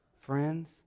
Friends